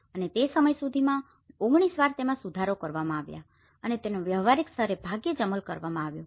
અને તે સમય સુધીમાં 19 વાર તેમાં સુધારાઓ કરવામાં આવ્યા છે અને તેનો વ્યવહારિક સ્તરે ભાગ્યે જ અમલ કરવામાં આવ્યા હતા